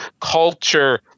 culture